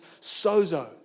sozo